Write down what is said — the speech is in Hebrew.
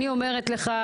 אני אומרת לך,